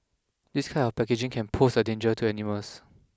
this kind of packaging can pose a danger to animals